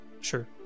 sure